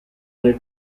alle